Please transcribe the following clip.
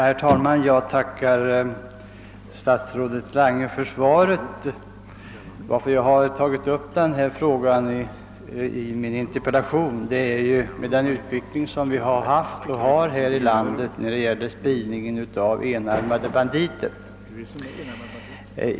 Herr talman! Jag tackar statsrådet Lange för svaret. Orsaken till att jag tagit upp denna sak i min interpellation är den utveckling som ägt rum här i landet när det gäller spridningen av »enarmade banditer».